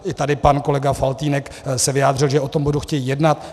I tady pan kolega Faltýnek se vyjádřil, že o tom budou chtít jednat.